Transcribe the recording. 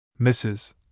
Mrs